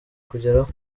kugeraho